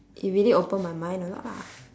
it really opened my mind a lot lah